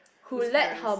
who's parents